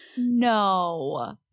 No